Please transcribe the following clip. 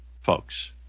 folks